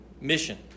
mission